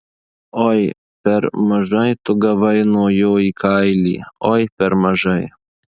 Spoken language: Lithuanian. oi per mažai tu gavai nuo jo į kailį oi per mažai